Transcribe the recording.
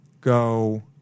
go